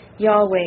Yahweh